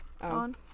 on